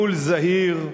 בניהול זהיר,